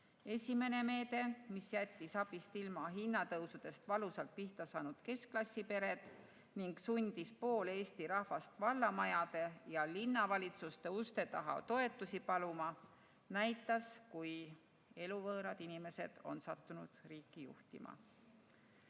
Esimene meede, mis jättis abist ilma hinnatõusudest valusalt pihta saanud keskklassipered ning sundis poole Eesti rahvast vallamajade ja linnavalitsuste uste taha toetusi paluma, näitas, kui eluvõõrad inimesed on sattunud riiki juhtima: